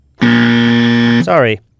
Sorry